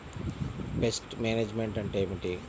Pest management అంటే ఏమిటి?